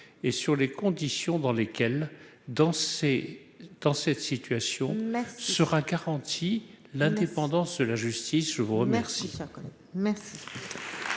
et sur les conditions dans lesquelles dans ces dans cette situation-là sera garantit l'indépendance de la justice, je vous remercie,